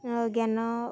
ଜ୍ଞାନ